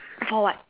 for what